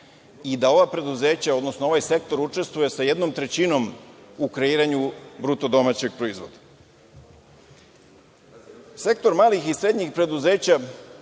i da ova preduzeća, odnosno ovaj sektor učestvuje sa jednom trećinom u kreiranju bruto domaćeg proizvoda. Sektor malih i srednjih preduzeća